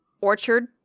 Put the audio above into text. Orchard